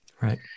Right